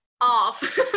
off